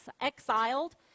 exiled